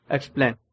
Explain